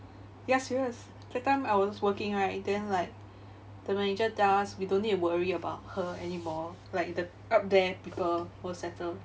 ya serious that time I was working right then like the manager tell us we don't need to worry about her anymore like the up there people will settle